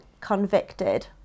convicted